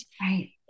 Right